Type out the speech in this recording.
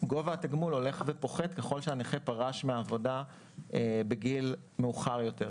גובה התגמול הולך ופוחת ככל שהנכה פרש מעבודה בגיל מאוחר יותר,